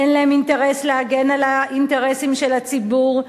אין להם אינטרס להגן על האינטרסים של הציבור.